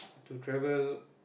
to travel